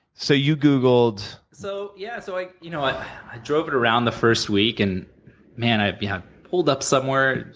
so you googled. so yeah, so i you know i drove it around the first week and man, i pulled up somewhere,